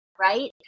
right